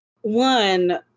one